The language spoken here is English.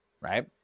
right